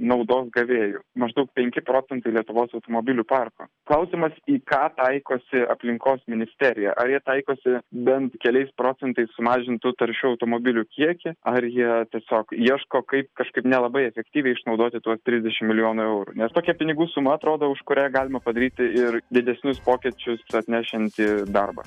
naudos gavėjų maždaug penki procentai lietuvos automobilių parko klausimas į ką taikosi aplinkos ministerija ar jie taikosi bent keliais procentais sumažint tų taršių automobilių kiekį ar jie tiesiog ieško kaip kažkaip nelabai efektyviai išnaudoti tuos trisdešim milijonų eurų nes tokia pinigų suma atrodo už kuria galima padaryti ir didesnius pokyčius atnešiantį darbą